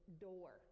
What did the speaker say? door